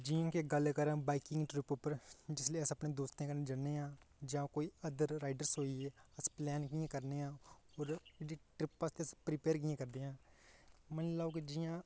जि'यां कि गल्ल करां बाइकिंग ट्रिप उप्पर जिसलै अस अपने दोस्तें कन्नै जन्ने आं जां कोई अदर राइडर्स होई गे अस प्लैन कि'यां करने आं और ट्रिप आस्तै प्रिपेयर कि'यां करदे आं मन्नी लैओ कि जि'यां